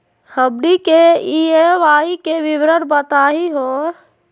हमनी के ई.एम.आई के विवरण बताही हो?